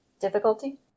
Difficulty